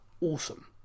awesome